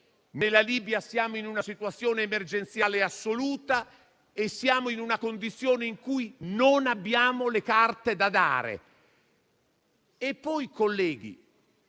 In Libia siamo in una situazione emergenziale assoluta e in una condizione in cui non abbiamo carte da dare.